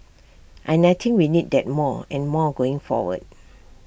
and I think we need that more and more going forward